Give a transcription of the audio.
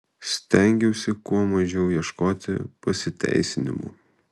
stengiausi kuo mažiau ieškoti pasiteisinimų